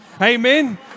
Amen